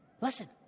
Listen